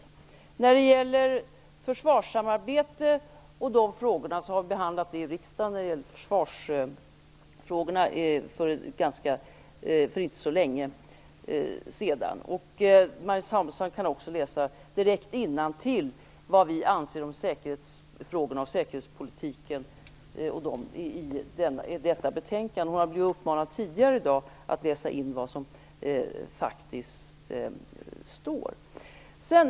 Om frågorna kring försvarssamarbetet vill jag säga att vi har behandlat dessa i riksdagen för inte så länge sedan. Marianne Samuelsson kan också direkt läsa innantill vad vi anser om säkerhetsfrågorna och säkerhetspolitiken i detta betänkande. Hon har redan tidigare i dag blivit uppmanad att läsa in vad som faktiskt står där.